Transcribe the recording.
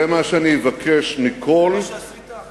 זה מה שאני אבקש מכל, זה מה שעשית?